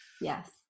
yes